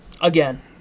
Again